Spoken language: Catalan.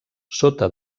sota